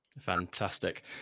Fantastic